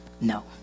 No